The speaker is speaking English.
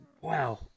Wow